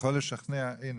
הנה,